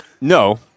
No